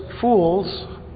Fools